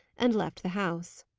and left the house.